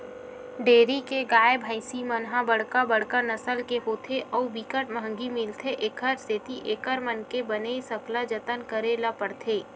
dairy के गाय, भइसी मन ह बड़का बड़का नसल के होथे अउ बिकट महंगी मिलथे, एखर सेती एकर मन के बने सकला जतन करे ल परथे